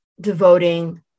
devoting